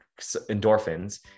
endorphins